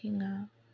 थिंआ